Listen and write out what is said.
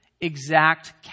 exact